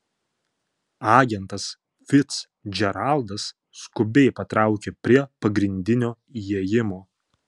agentas ficdžeraldas skubiai patraukia prie pagrindinio įėjimo